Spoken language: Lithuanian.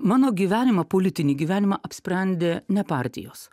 mano gyvenimą politinį gyvenimą apsprendė ne partijos